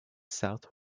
south